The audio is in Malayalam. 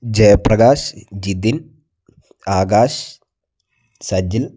ജയപ്രകാശ് ജിതിൻ ആകാശ് സജിൽ